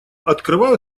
открываю